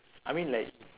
I mean like